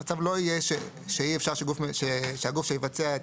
המצב לא יהיה שאי אפשר שהגוף שיבצע את